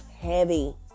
heavy